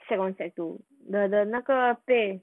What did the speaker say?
sec one sec two 你的那个 play